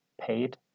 paid